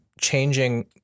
changing